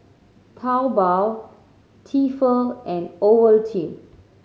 Taobao Tefal and Ovaltine